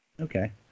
Okay